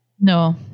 No